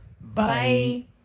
Bye